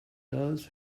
does